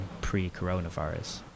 pre-coronavirus